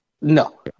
No